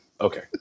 Okay